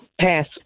Pass